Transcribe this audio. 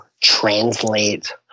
translate